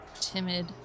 timid